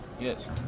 Yes